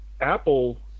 Apple